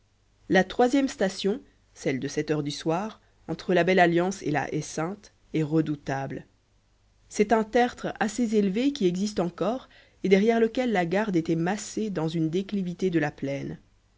la troisième station celle de sept heures du soir entre la belle alliance et la haie sainte est redoutable c'est un tertre assez élevé qui existe encore et derrière lequel la garde était massée dans une déclivité de la plaine